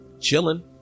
chilling